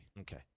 Okay